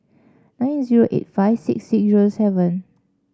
nine zero eight five six six zero seven